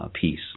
piece